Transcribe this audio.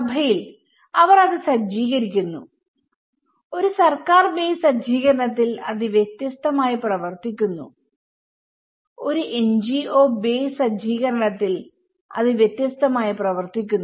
സഭയിൽ അവർ അത് സജ്ജീകരിക്കുന്നുഒരു സർക്കാർ ബേസ് സജ്ജീകരണത്തിൽ അത് വ്യത്യസ്തമായി പ്രവർത്തിക്കുന്നു ഒരു എൻജിഒ ബേസ് സജ്ജീകരണത്തിൽ അത് വ്യത്യസ്തമായി പ്രവർത്തിക്കുന്നു